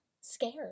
scared